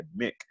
Mick